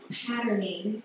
patterning